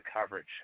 coverage